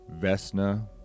Vesna